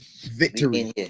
Victory